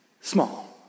small